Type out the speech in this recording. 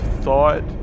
thought